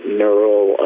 neural